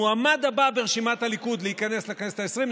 המועמד הבא ברשימת הליכוד להיכנס לכנסת העשרים,